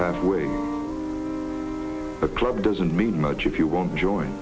halfway a club doesn't mean much if you won't join